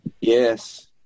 Yes